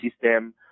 system